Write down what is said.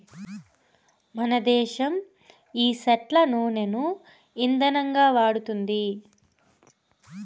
మనదేశం ఈ సెట్ల నూనను ఇందనంగా వాడతండాది